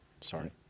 Sorry